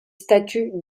statues